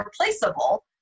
replaceable